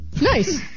Nice